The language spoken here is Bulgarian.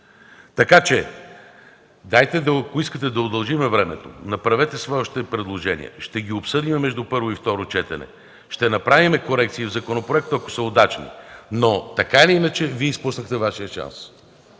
Ако искате, нека да удължим времето, направете Вашите предложения, ще ги обсъдим между първо и второ четене, ще направим корекции в законопроекта, ако са удачни. Но, така или иначе, Вие изпуснахте Вашия шанс.